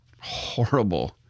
horrible